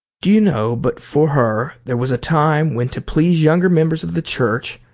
do you know but for her there was a time when to please younger members of the church,